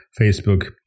Facebook